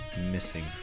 missing